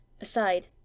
aside